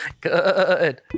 Good